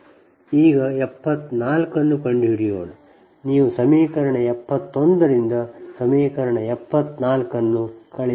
ಈಗ 74 ಅನ್ನು ಕಂಡುಹಿಡಿಯೋಣ ನೀವು ಸಮೀಕರಣ 71 ರಿಂದ ಸಮೀಕರಣ 74 ಅನ್ನು ಕಳೆಯಬೇಕು